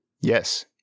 Yes